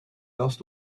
lost